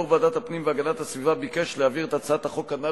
יושב-ראש ועדת הפנים והגנת הסביבה ביקש להעביר את הצעת החוק הנ"ל